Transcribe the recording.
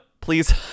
please